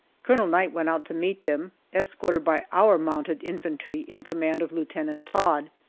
colonel knight went out to meet them, escorted by our mounted infantry in command of lieutenant todd.